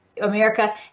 America